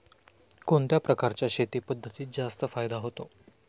कोणत्या प्रकारच्या शेती पद्धतीत जास्त फायदा होतो?